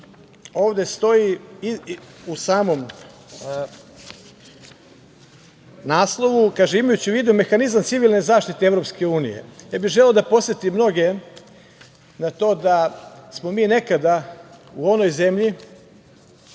KiM.Ovde stoji u samom naslovu: „Imajući u vidu mehanizam civilne zaštite EU“, ja bih želeo da podsetim mnoge na to da smo mi nekada u onoj zemlji